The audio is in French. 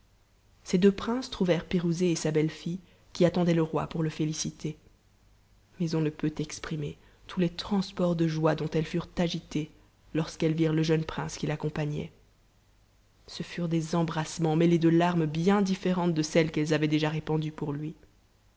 ces deux princes trouvèrent pirouzé et sa bette que qui attendaient le roi pour le féliciter mais on ne peut exprimer tous les transports de joie dont elles furent agitées lorsqu'elles virent le jeune prince qui l'accompagnait ce furent des embrassements mêlés de larmes bien différentes de celles qu'elles avaient déjà répandues pour lui